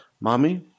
mommy